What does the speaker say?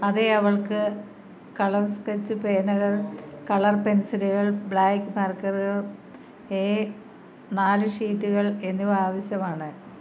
അതെ അവൾക്ക് colour sketch പേനകൾ കളർ പെൻസിലുകൾ ബ്ലാക്ക് മാർക്കറുകൾ എ നാല് ഷീറ്റുകൾ എന്നിവ ആവശ്യമാണ്